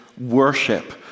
worship